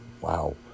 Wow